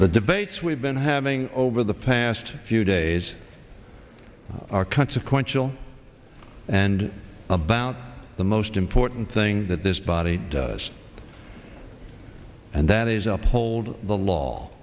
the debates we've been having over the past few days are consequential and about the most important thing that this body does and that is uphold the law